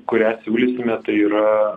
kurią siūlysime tai yra